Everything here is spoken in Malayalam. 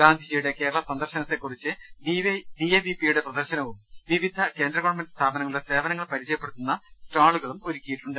ഗാന്ധിജിയുടെ കേരള സന്ദർശനത്തെകുറിച്ച് ഡി എ വി പിയുടെ പ്രദർശനവും വിവിധ കേന്ദ്ര ഗവൺമെന്റ് സ്ഥാപനങ്ങളുടെ സേവനങ്ങൾ പരിചയപ്പെടുത്തുന്ന സ്റ്റാളു കളും ഒരുക്കിയിട്ടുണ്ട്